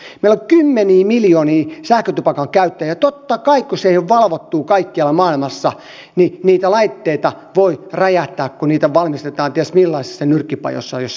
meillä on kymmeniä miljoonia sähkötupakan käyttäjiä ja totta kai kun se ei ole valvottua kaikkialla maailmassa niitä laitteita voi räjähtää kun niitä valmistetaan ties millaisissa nyrkkipajoissa jos se ei ole valvottua